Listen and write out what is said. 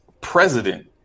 president